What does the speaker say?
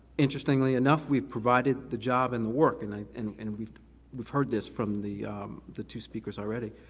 interestingly enough, we've provided the job and the work, and and and we've we've heard this from the the two speakers already.